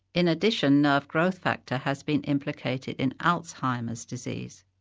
in addition, nerve growth factor has been implicated in alzheimer's disease.